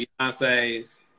Beyonce's